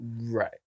Right